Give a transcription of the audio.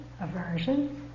aversion